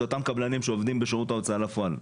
אלה אותם קבלנים שעובדים בשירות ההוצאה לפועל.